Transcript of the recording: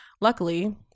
Luckily